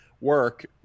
work